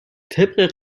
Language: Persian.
طبق